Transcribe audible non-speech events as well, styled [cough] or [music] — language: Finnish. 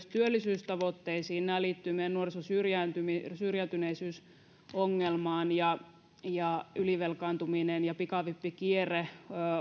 [unintelligible] työllisyystavoitteisiin nämä liittyvät meidän nuorison syrjäytyneisyysongelmaan ylivelkaantuminen ja pikavippikierre